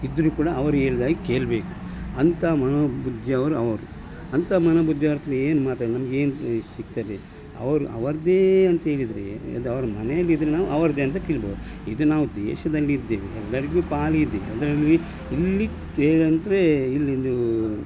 ಇದ್ದರೂ ಕೂಡ ಅವರು ಹೇಳಿದಾಗೆ ಕೇಳ್ಬೇಕು ಅಂಥ ಮನೋಬುದ್ಧಿಯವರು ಅವರು ಅಂಥ ಮನೋಬುದ್ಧಿಯವರತ್ತಿರ ಏನು ಮಾತಾಡಲಿಕ್ಕೆ ನಮಗೇನು ಸಿಗ್ತದೆ ಅವರು ಅವರದ್ದೇ ಅಂತ್ಹೇಳಿದ್ರೆ ಅದು ಅವರ ಮನೆಯಲ್ಲಿದ್ದರೆ ನಾವು ಅವರದ್ದೆ ಅಂತ ತಿಳಿಬೋದು ಇದು ನಾವು ದೇಶದಲ್ಲಿದ್ದೇವೆ ಎಲ್ಲರಿಗೂ ಪಾಲಿದೆ ಎಲ್ಲರಿಗೂ ಇಲ್ಲಿ ಏನೆಂದ್ರೆ ಇಲ್ಲಿ ನೀವು